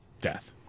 death